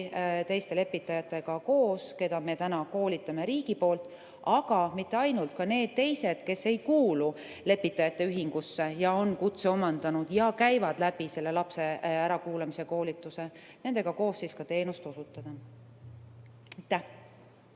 teiste lepitajatega, keda me täna koolitame riigi poolt – aga mitte ainult, ka need teised, kes ei kuulu lepitajate ühingusse ja on kutse omandanud ja käivad läbi selle lapse ärakuulamise koolituse –, teenust osutada.